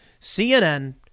CNN